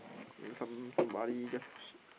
then some somebody just